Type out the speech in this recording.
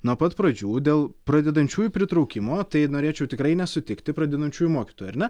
nuo pat pradžių dėl pradedančiųjų pritraukimo tai norėčiau tikrai nesutikti pradedančiųjų mokytojų ar ne